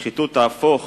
השחיתות תהפוך